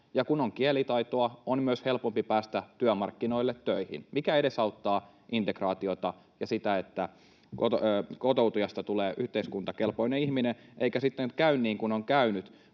Kun on kielitaitoa, on myös helpompi päästä työmarkkinoille töihin, mikä edesauttaa integraatiota ja sitä, että kotoutujasta tulee yhteiskuntakelpoinen ihminen, eikä sitten käy niin kuin on käynyt